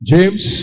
James